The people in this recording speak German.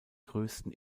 größten